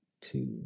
two